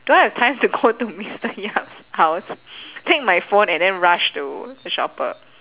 do I have time to go to mister yap's house take my phone and then rush to the shopper